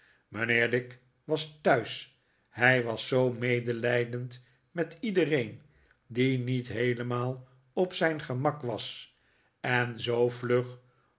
mijnheer dick was thuis hij was zoo medelijdend met iedereen die niet heelemaal op zijn gemak was en zoo vlug